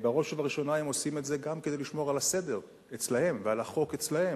בראש ובראשונה הם עושים את זה גם כדי לשמור על הסדר אצלם ועל החוק אצלם,